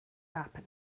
happen